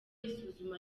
isuzuma